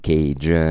Cage